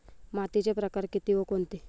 मातीचे प्रकार किती व कोणते?